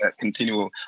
continual